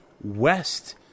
West